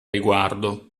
riguardo